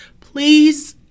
please